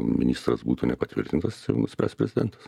ministras būtų nepatvirtintas tai jau nuspręs prezidentas